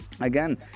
again